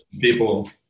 people